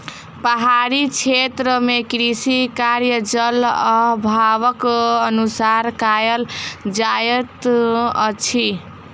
पहाड़ी क्षेत्र मे कृषि कार्य, जल अभावक अनुसार कयल जाइत अछि